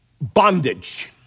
bondage